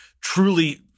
truly